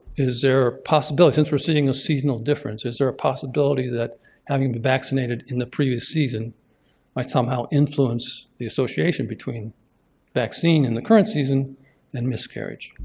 is there a possibility and sort of seeing a seasonal difference? is there a possibility that having been vaccinated in the previous season like somehow influenced the association between vaccine in the current season and miscarriage?